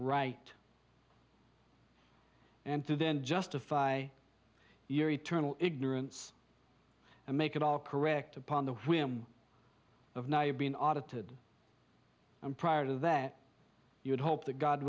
right and to then justify your eternal ignorance and make it all correct upon the whim of now you've been audited and prior to that you would hope that god